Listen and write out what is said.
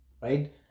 right